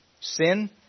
sin